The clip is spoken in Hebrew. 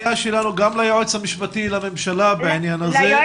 הפנייה שלנו גם ליועץ המשפטי לממשלה בעניין הזה.